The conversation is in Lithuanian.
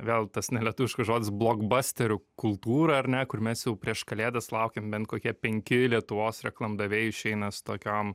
vėl tas nelietuviškas žodis blogbasterių kultūra ar ne kur mes jau prieš kalėdas laukiam bent kokie penki lietuvos reklamdaviai išeina su tokiom